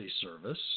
service